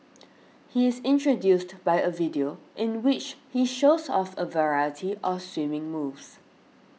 he is introduced by a video in which he shows off a variety of swimming moves